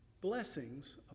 blessings